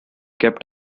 kept